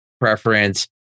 preference